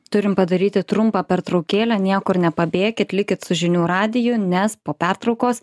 turim padaryt trumpą pertraukėlę niekur nepabėkit likit su žinių radiju nes po pertraukos